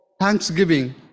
Thanksgiving